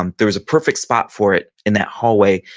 um there was a perfect spot for it in that hallway.